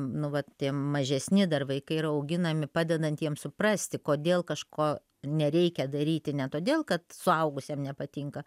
nu vat tie mažesni dar vaikai yra auginami padedant jiem suprasti kodėl kažko nereikia daryti ne todėl kad suaugusiem nepatinka